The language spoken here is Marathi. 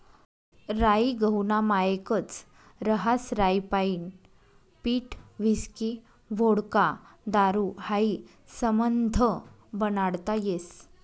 राई गहूना मायेकच रहास राईपाईन पीठ व्हिस्की व्होडका दारू हायी समधं बनाडता येस